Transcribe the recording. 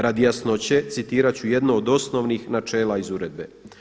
Radi jasnoće citirati ću jednu od osnovnih načela iz uredbe.